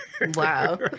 wow